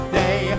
day